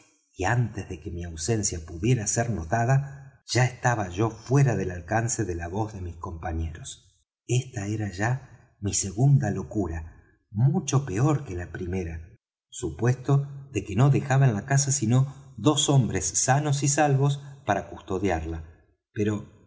y antes de que mi ausencia pudiera ser notada ya estaba yo fuera del alcance de la voz de mis compañeros esta era ya mi segunda locura mucho peor que la primera supuesto que no dejaba en la casa sino dos hombres sanos y salvos para custodiarla pero